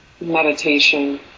meditation